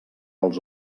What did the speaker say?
els